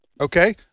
Okay